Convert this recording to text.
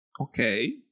okay